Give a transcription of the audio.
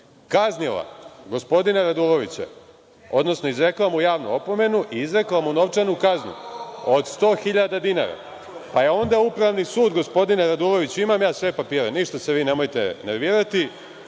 kaznila gospodina Radulovića, odnosno izrekla mu javnu opomenu i izrekla mu novčanu kaznu od 100.000 dinara, pa je onda Upravni sud, gospodine Raduloviću imam ja sve papire ništa se vi nemojte nervirati,